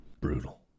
Brutal